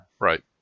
Right